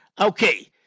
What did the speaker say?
Okay